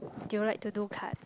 do you like to do cards